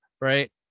right